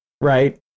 right